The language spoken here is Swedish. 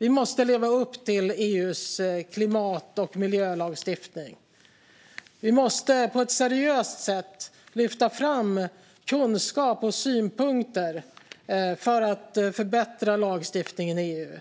Vi måste leva upp till EU:s klimat och miljölagstiftning. Vi måste på ett seriöst sätt lyfta fram kunskap och synpunkter för att förbättra lagstiftningen i EU.